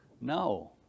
No